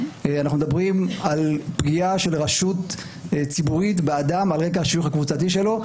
אנחנו מדברים על פגיעה של רשות ציבורית באדם על רקע השיוך הקבוצתי שלו,